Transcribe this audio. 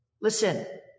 Listen